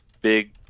big